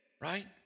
right